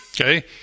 Okay